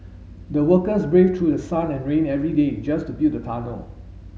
the workers braved through the sun and rain every day just to build the tunnel